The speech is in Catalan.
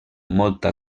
molta